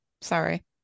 Sorry